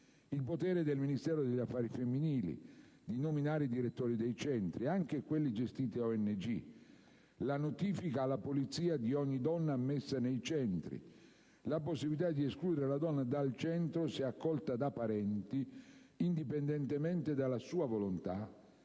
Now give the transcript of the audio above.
Il potere del Ministero degli affari femminili di nominare i direttori dei centri (anche quelli gestiti da ONG); la notifica alla polizia di ogni donna ammessa nei centri; la possibilità di escludere la donna dal centro se accolta da parenti, indipendentemente dalla sua volontà;